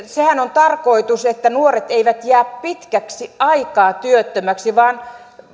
sehän on tarkoitus että nuoret eivät jää pitkäksi aikaa työttömiksi vaan